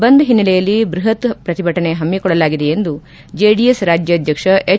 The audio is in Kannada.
ಬಂದ್ ಹಿನ್ನೆಲೆಯಲ್ಲಿ ಬೃಹತ್ ಪ್ರತಿಭಟನೆ ಹಮ್ಕೊಳ್ಳಲಾಗಿದೆ ಎಂದು ಜೆಡಿಎಸ್ ರಾಜ್ಯಾಧಕ್ಷ್ವ ಎಚ್